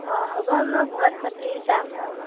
অঁ হ'ব মই ঘৰত পাতি চাম বাৰু